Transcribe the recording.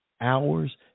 hours